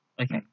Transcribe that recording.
Okay